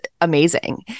amazing